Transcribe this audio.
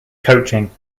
coaching